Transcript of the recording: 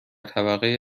طبقه